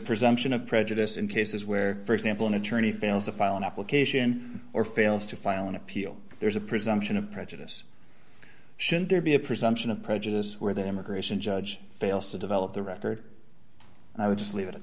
presumption of prejudice in cases where for example an attorney fails to file an application or fails to file an appeal there's a presumption of prejudice should there be a presumption of prejudice where the immigration judge fails to develop the record and i would just leave it at